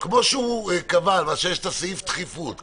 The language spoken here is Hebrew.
אגב, כפי שהוא קבע שיש את סעיף הדחיפות.